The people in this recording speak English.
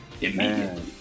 immediately